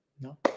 No